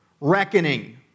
reckoning